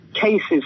cases